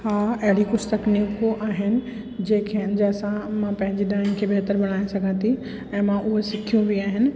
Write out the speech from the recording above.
हा अहिड़ी कुझु तकनीकूं आहिनि जंहिंखें जंहिंसां मां पंहिंजी ड्रॉइंग खे बहितरु बणाए सघां थी ऐं मां उहे सिखियूं बि आहिनि